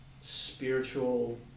spiritual